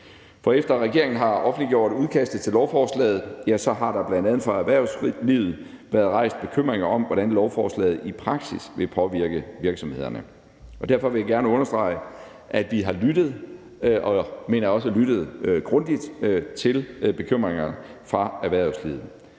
For efter regeringen har offentliggjort udkastet til lovforslaget, har der bl.a. fra erhvervslivet været rejst bekymringer om, hvordan lovforslaget i praksis vil påvirke virksomhederne. Derfor vil jeg gerne understrege, at vi har lyttet, og jeg mener også, at vi har lyttet grundigt til bekymringer fra erhvervslivet.